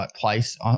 place